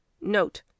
Note